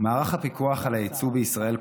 מערך הפיקוח על היצוא בישראל,